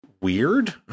weird